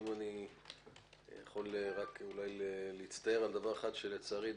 ואם אני יכול להצטער על דבר אחד זה שלצערי,